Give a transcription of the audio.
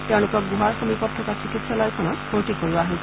তেওঁলোকক গুহাৰ সমীপত থকা চিকিৎসালয়খনত ভৰ্তি কৰোৱা হৈছে